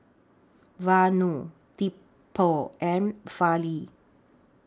Vanu Tipu and Fali